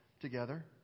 together